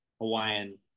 hawaiian